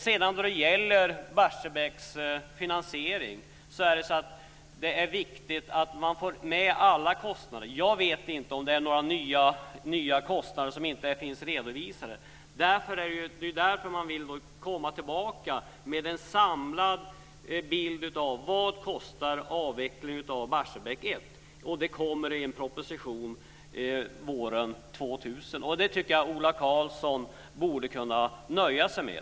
När det sedan gäller Barsebäcks finansiering är det ju viktigt att man får med alla kostnader. Jag vet inte om det finns några nya kostnader som inte är redovisade. Det är ju därför man vill komma tillbaka med en samlad bild av vad avvecklingen av Barsebäck 1 kostar, och den kommer i en proposition våren 2000. Det tycker jag att Ola Karlsson borde kunna nöja sig med.